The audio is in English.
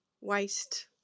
waste